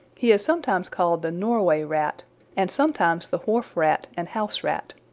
he is sometimes called the norway rat and sometimes the wharf rat and house rat.